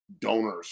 donors